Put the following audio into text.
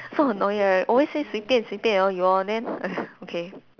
so annoying lah always say 随便随便 orh you all then okay